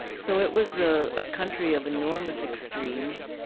so it was a ah country of enormous extremes,